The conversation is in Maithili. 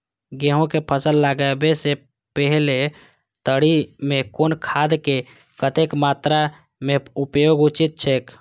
गेहूं के फसल लगाबे से पेहले तरी में कुन खादक कतेक मात्रा में उपयोग उचित छेक?